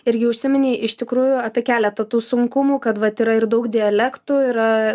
irgi užsiminei iš tikrųjų apie keletą tų sunkumų kad vat yra ir daug dialektų yra